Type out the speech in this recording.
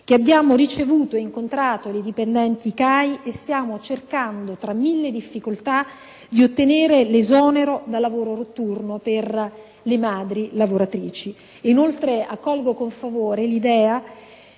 che abbiamo incontrato le dipendenti CAI. Stiamo cercando, tra mille difficoltà, di ottenere l'esonero dal lavoro notturno per le madri lavoratrici. Inoltre, accolgo con favore l'idea